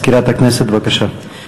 מזכירת הכנסת, בבקשה.